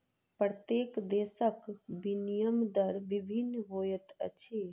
प्रत्येक देशक विनिमय दर भिन्न होइत अछि